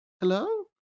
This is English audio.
hello